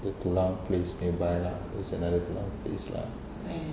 the tulang place nearby lah there's another tulang place lah